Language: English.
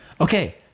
Okay